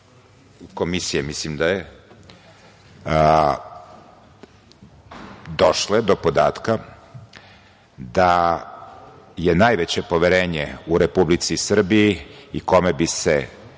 komisije, mislim, došle do podatka da je najveće poverenje u Republici Srbiji i kome bi se